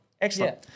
Excellent